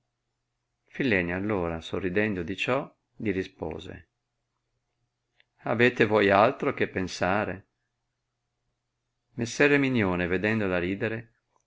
filenia allora sorridendo di ciò li rispose avete voi altro che pensare messer erminione vedendola ridere